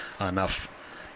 enough